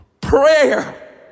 prayer